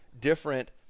different